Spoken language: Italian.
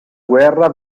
guerra